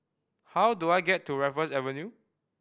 how do I get to Raffles Avenue